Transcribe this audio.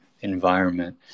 environment